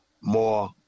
more